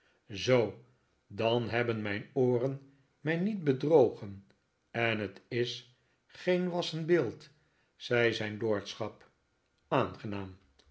zoo dan hebben mijn ooren mij niet bedrogen en het is geen wassenbeeld zei zijn lordschap aangenaam